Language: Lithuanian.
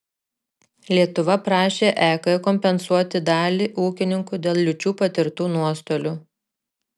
lietuva prašė ek kompensuoti dalį ūkininkų dėl liūčių patirtų nuostolių